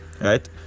right